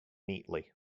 neatly